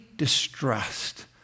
Distressed